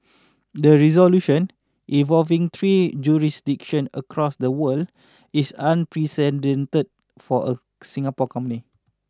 the resolution involving three jurisdictions across the world is unprecedented for a Singapore company